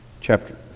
chapter